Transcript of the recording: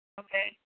Okay